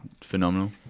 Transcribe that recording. phenomenal